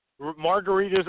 Margaritas